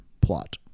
plot